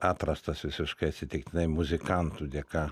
atrastas visiškai atsitiktinai muzikantų dėka